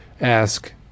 Ask